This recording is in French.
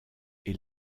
est